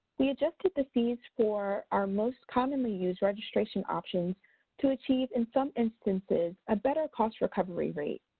we adjusted the fees for our most commonly used registration options to achieve, in some instances, a better cost-recovery rate.